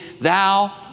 thou